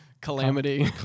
calamity